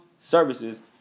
services